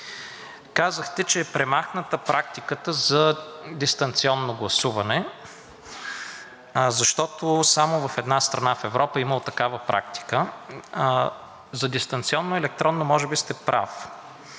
Казахте, че е премахната практиката за дистанционно гласуване, защото само в една срана в Европа имало такава практика. За дистанционно-електронно може би сте прав,